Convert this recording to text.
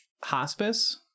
hospice